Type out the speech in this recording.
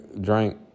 drank